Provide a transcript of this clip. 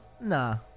nah